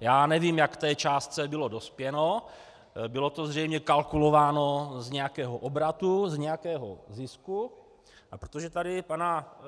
Já nevím, jak k té částce bylo dospěno, bylo to zřejmě kalkulováno z nějakého obratu, z nějakého zisku, a protože tady pana